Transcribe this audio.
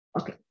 Okay